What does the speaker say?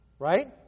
right